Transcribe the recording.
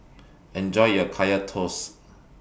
Enjoy your Kaya Toast